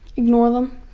ignore them.